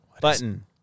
Button